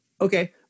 okay